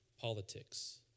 politics